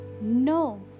No